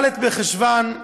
ד' בחשוון,